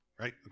right